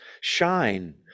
shine